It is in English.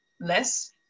less